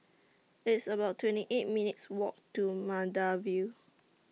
It's about twenty eight minutes' Walk to Maida Vale